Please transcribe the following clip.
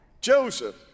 Joseph